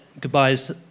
goodbyes